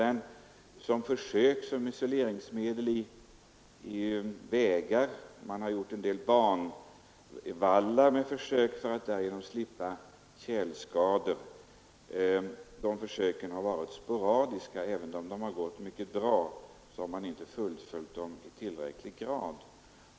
Den används på försök som isoleringsmedel till vägar, och man har även försökt använda den till banvallar för att därigenom slippa tjälskador. Dessa försök har även om de gått mycket bra varit sporadiska och man har inte fullföljt dem i tillräcklig grad.